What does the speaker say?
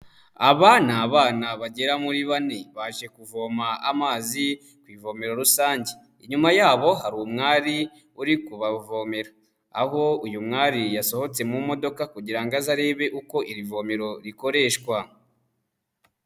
Aba ni abana bagera muri bane baje kuvoma amazi ku ivomero rusange, inyuma yabo hari umwari uri kubavomera, aho uyu mwari yasohotse mu modoka kugira ngo aze arebe uko iri vomero rikoreshwa.